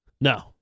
No